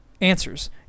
answers